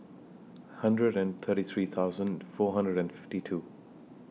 hundred and thirty three thousand four hundred and fifty two